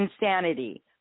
insanity